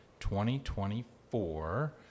2024